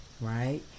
right